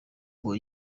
ngo